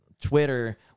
Twitter